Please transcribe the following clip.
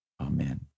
Amen